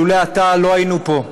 אילולא אתה לא היינו פה,